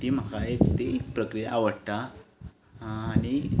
ती म्हाका एक ती प्रक्रिया आवडटा आनी